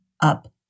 up